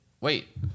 Wait